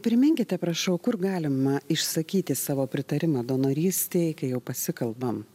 priminkite prašau kur galima išsakyti savo pritarimą donorystei kai jau pasikalbam